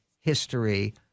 history